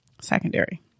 secondary